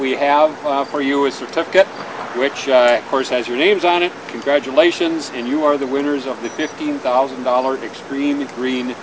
we have offer you a certificate which of course has your names on it congratulations and you are the winners of the fifty thousand dollars extreme agree